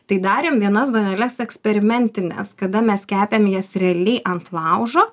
tai darėm vienas duoneles eksperimentines kada mes kepėm jas realiai ant laužo